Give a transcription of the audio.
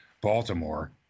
Baltimore